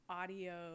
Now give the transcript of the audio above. audio